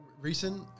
Recent